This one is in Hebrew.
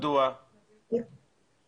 אנחנו שומעים פה את מי שמטפל בנושא,